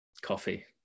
Coffee